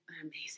Amazing